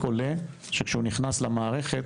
עולה שכשהוא נכנס למערכת,